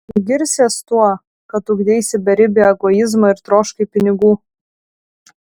ar girsies tuo kad ugdeisi beribį egoizmą ir troškai pinigų